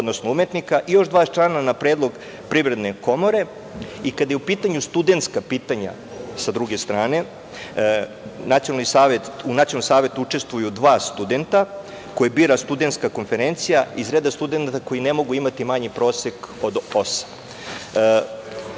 odnosno umetnika i još dva člana na predlog Privredne komore i kada su u pitanju studentska pitanja sa druge strane u Nacionalnom savetu učestvuju dva studente koje bira Studentska konferencija iz reda studenata koji ne mogu imati manji prosek od